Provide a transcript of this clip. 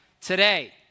today